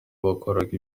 bakoraga